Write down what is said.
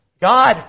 God